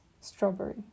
strawberry